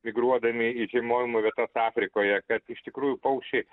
migruodami į žiemojimo vietas afrikoje kad iš tikrųjų paukščiai